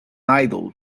idol